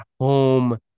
home